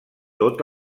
tot